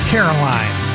Caroline